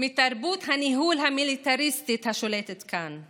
מתרבות הניהול המיליטריסטית השולטת כאן.